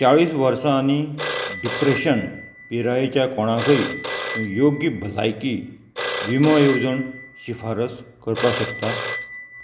चाळीस वर्सांनी डिप्रेशन पिरायेच्या कोणाकय तूं योग्य भलायकी विमो येवजण शिफारस करपाक शकता